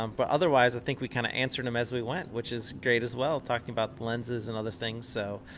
um but otherwise i think we kind of answered them as we went, which is great as well, talking about the lenses and other things, so